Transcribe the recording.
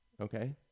Okay